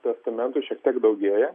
testamentų šiek tiek daugėja